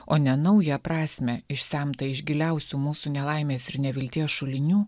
o ne naują prasmę išsemtą iš giliausių mūsų nelaimės ir nevilties šulinių